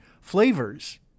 flavors